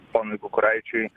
ponui kukuraičiui